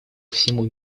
всему